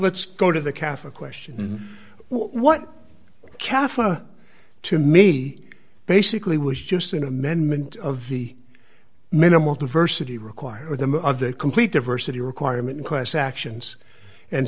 let's go to the cafe question what california to me basically was just an amendment of the minimal diversity require them of the complete diversity requirement in class actions and